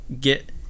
get